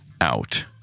out